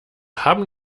haben